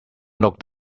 looked